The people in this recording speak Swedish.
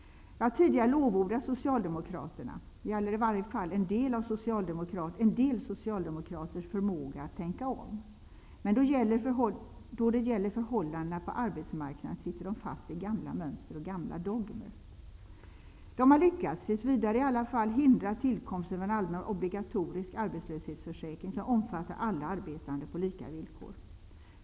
Jag har tidigare lovordat Socialdemokraternas, eller i varje fall en del socialdemokraters, förmåga att tänka om. Men då det gäller förhållandena på arbetsmarknaden sitter de fast i gamla mönster och gamla dogmer. De har, tills vidare i alla fall, lyckats hindra tillkomsten av en allmän obligatorisk arbetslöshetsförsäkring, som omfattar alla arbetande på lika villkor.